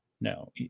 no